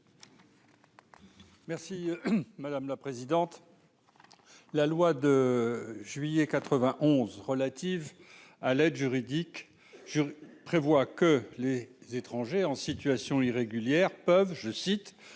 Merci madame la présidente, la loi de juillet 91 relative à l'aide juridique prévoit que les étrangers en situation irrégulière peuvent, je cite,